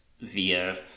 via